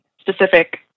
specific